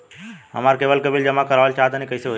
हमरा केबल के बिल जमा करावल चहा तनि कइसे होई?